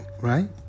Right